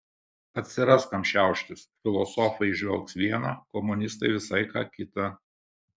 atsiras kam šiauštis filosofai įžvelgs viena komunistai visai ką kita